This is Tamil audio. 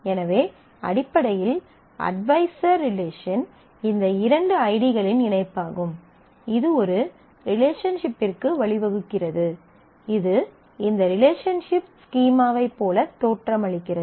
எனவே அடிப்படையில் அட்வைசர் ரிலேஷன் இந்த இரண்டு ஐடிகளின் இணைப்பாகும் இது ஒரு ரிலேஷன்ஷிப்பிற்கு வழிவகுக்கிறது இது இந்த ரிலேஷன்ஷிப் ஸ்கீமாவைப் போல தோற்றமளிக்கிறது